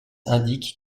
indique